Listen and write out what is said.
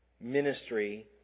ministry